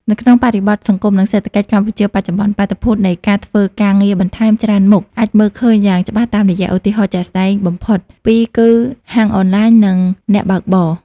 នៅក្នុងបរិបទសង្គម និងសេដ្ឋកិច្ចកម្ពុជាបច្ចុប្បន្ន បាតុភូតនៃការធ្វើការងារបន្ថែមច្រើនមុខអាចមើលឃើញយ៉ាងច្បាស់តាមរយៈ ឧទាហរណ៍ជាក់ស្តែងបំផុតពីរគឺ ហាងអនឡាញ និង អ្នកបើកបរ។